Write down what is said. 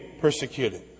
persecuted